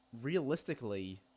realistically